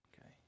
okay